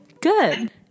Good